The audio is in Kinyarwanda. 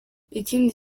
ikindi